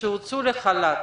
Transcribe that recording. שהוצאו לחל"ת